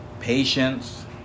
Patience